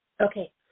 Okay